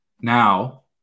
Now